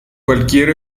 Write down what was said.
cualquier